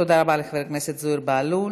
תודה רבה לחבר הכנסת זוהיר בהלול.